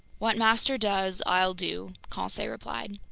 what master does, i'll do, conseil replied.